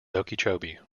okeechobee